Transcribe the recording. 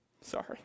Sorry